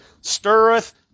stirreth